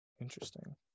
Interesting